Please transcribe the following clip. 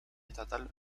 estatal